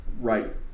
right